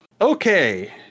Okay